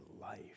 life